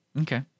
Okay